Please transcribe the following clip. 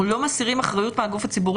זה לא קשור אליי.